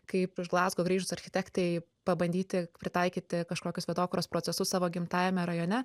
kaip iš glazgo grįžus architektei pabandyti pritaikyti kažkokius vietokūros procesus savo gimtajame rajone